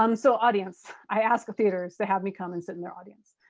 um so, audience. i asked theaters to have me come and sit in their audience.